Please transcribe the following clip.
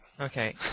Okay